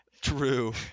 True